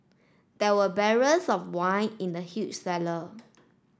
there were barrels of wine in the huge cellar